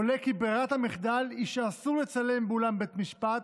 עולה כי ברירת המחדל היא שאסור לצלם באולם בית משפט